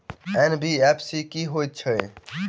NBFC की हएत छै?